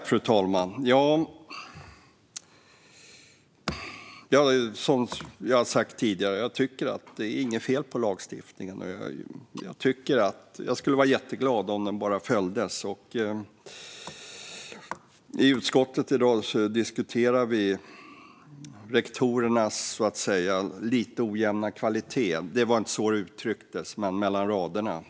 Fru talman! Som jag har sagt tidigare tycker jag inte att det är fel på lagstiftningen. Jag skulle vara jätteglad om den bara följdes. I utskottet i dag diskuterade vi rektorernas så att säga lite ojämna kvalitet. Det uttrycktes inte så direkt, men mellan raderna.